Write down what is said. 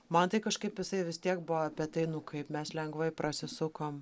man tai kažkaip jisai vis tiek buvo apie tai nu kaip mes lengvai prasisukom